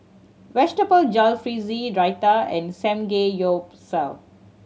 Vegetable Jalfrezi Raita and Samgeyopsal